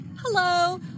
Hello